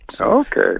Okay